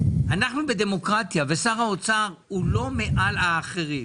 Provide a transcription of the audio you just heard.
אנחנו בדמוקרטיה ושר האוצר הוא לא מעל האחרים.